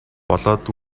болоод